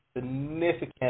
significant